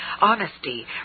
Honesty